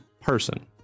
person